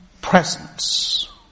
presence